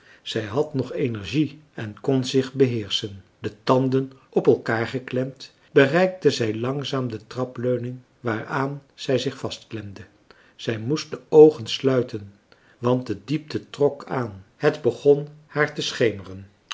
zij had nog energie en kon zich beheerschen de tanden op elkaar geklemd bereikte zij langzaam de trapleuning waaraan zij zich vastklemde zij moest de oogen sluiten want de diepte trok aan het begon haar te